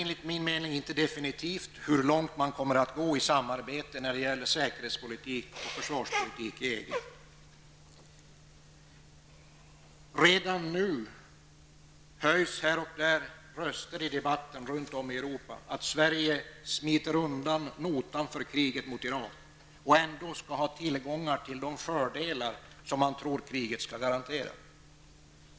Enligt min mening är det inte definitivt utsagt hur långt man kommer att gå i samarbetet när det gäller säkerhetspolitik och försvarspolitik i EG. Redan nu höjs här och var runt om i Europa röster i debatten: Sverige smiter undan notan för kriget mot Irak. Men ändå vill man ha tillgång till de fördelar som man tror att kriget skall garantera.